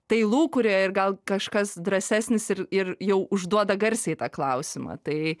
tai lūkuriuoja ir gal kažkas drąsesnis ir ir jau užduoda garsiai tą klausimą tai